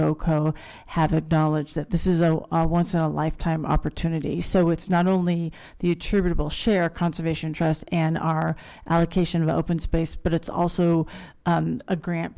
co have acknowledged that this is a once in a lifetime opportunity so it's not only the attributable share conservation trust and our cation of open space but it's also a grant